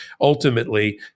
Ultimately